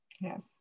Yes